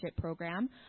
program